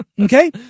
Okay